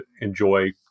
enjoy